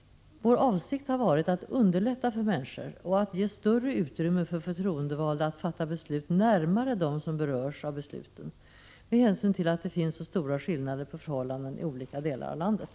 Vår avsikt har varit att underlätta för människor och att ge större utrymme för förtroendevalda att fatta beslut närmare dem som berörs av besluten, med hänsyn till att det finns så stora skillnader på förhållandena i olika delar av landet.